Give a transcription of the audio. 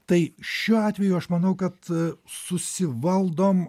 tai šiuo atveju aš manau kad susivaldom